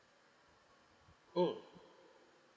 mm